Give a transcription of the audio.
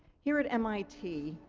here at mit,